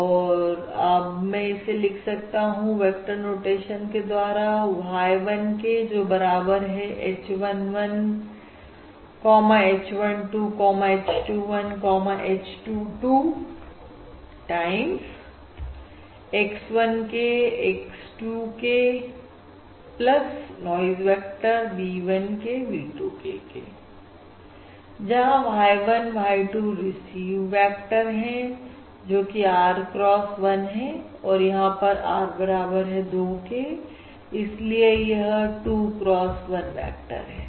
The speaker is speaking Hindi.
और आप में से लिख सकता हूं वेक्टर नोटेशन के द्वारा y 1 k जो बराबर है h 1 1 h 1 2 h 2 1 h 2 2 times x 1 k x 2 k noise vector v 1 k v 2 k जहां y 1 y 2 रिसीव वेक्टर है जोकि R cross 1 है और यहां पर R बराबर है 2 के इसलिए 2 cross 1 वेक्टर है